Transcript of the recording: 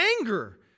anger